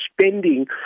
spending